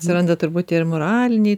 atsiranda turbūt ir moraliniai